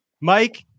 Mike